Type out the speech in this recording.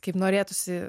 kaip norėtųsi